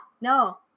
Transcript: no